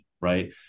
right